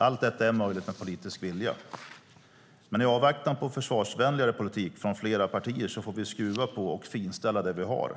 Allt detta är möjligt med politisk vilja. I avvaktan på försvarsvänligare politik från flera partier får vi skruva på och finställa det vi har.